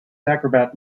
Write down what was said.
acrobat